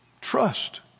Trust